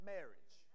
Marriage